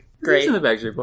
Great